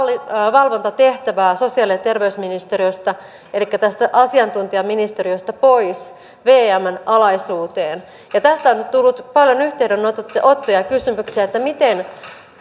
valvontatehtävää sosiaali ja terveysministeriöstä elikkä tästä asiantuntijaministeriöstä pois vmn alaisuuteen ja on tullut paljon yhteydenottoja ja kysymyksiä